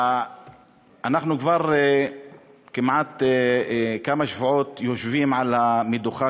אנחנו כבר כמה שבועות יושבים על המדוכה